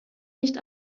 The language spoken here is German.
nicht